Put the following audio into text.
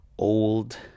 old